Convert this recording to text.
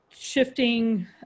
shifting